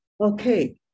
Okay